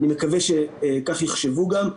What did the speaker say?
אני מקווה שכך יחשבו גם.